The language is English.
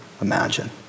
imagine